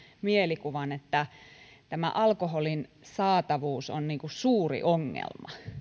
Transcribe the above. mielikuvan että alkoholin saatavuus on suuri ongelma